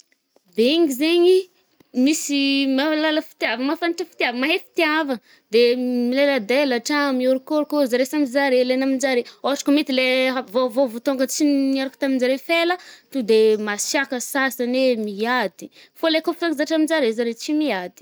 Bengy zaigny misy mahalala fitiava- mahafantatra fitiava- mahay fitiavagna, de mileladelatra a, miorokôroko zare samy zare, le naman-jare. Ôhatra kô mahita le aby vaovao vô tônga tsy niaraka tamin'jare efa ela to de masiaka sasany e miady. Fô le kôa fankazatra aminjare zare tsy miady.